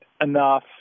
enough